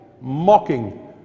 mocking